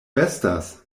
estas